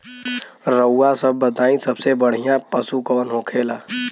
रउआ सभ बताई सबसे बढ़ियां पशु कवन होखेला?